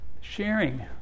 Sharing